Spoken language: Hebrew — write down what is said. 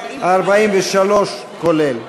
43, כולל.